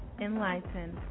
enlighten